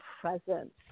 presence